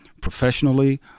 professionally